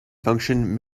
function